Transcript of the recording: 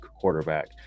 quarterback